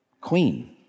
queen